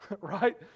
right